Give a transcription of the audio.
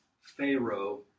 Pharaoh